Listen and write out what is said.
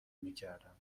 میکردم